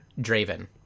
draven